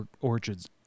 orchards